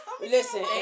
Listen